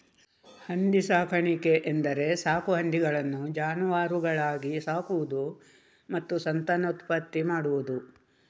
ಹಂದಿ ಸಾಕಾಣಿಕೆ ಎಂದರೆ ಸಾಕು ಹಂದಿಗಳನ್ನು ಜಾನುವಾರುಗಳಾಗಿ ಸಾಕುವುದು ಮತ್ತು ಸಂತಾನೋತ್ಪತ್ತಿ ಮಾಡುವುದು